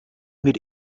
mit